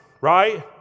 right